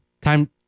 time